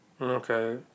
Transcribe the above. Okay